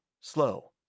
slow